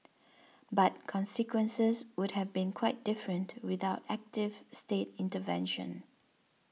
but consequences would have been quite different without active state intervention